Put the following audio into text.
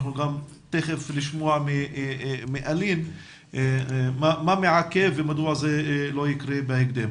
אנחנו גם תיכף נשמע מאלין מה מעכב ומדוע זה לא יקרה בהקדם.